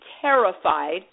terrified